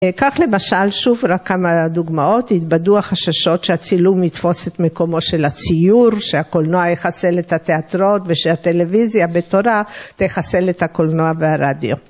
שלום